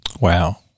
Wow